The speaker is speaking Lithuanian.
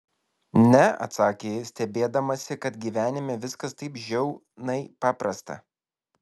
ne atsakė ji stebėdamasi kad gyvenime viskas taip žiaunai paprasta